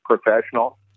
professional